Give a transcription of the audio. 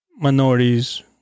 minorities